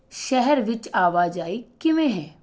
ਸ਼ਹਿਰ ਵਿੱਚ ਆਵਾਜਾਈ ਕਿਵੇਂ ਹੈ